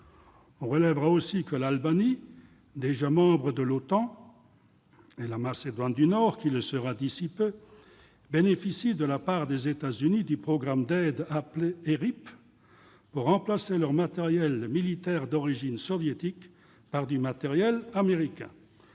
On relèvera aussi que l'Albanie, déjà membre de l'OTAN, et la Macédoine du Nord, qui le sera d'ici peu, bénéficient de la part des États-Unis du programme d'aide appelé « ERIP » pour remplacer leur matériel militaire d'origine soviétique par du matériel américain.